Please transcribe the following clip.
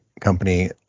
company